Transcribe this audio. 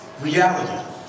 reality